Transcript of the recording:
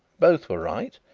both were right,